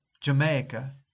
Jamaica